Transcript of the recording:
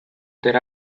there